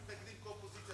שמתנגדים כאופוזיציה,